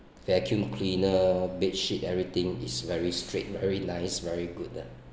vacuum cleaner bedsheet everything is very strict very nice very good ah